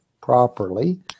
properly